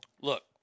Look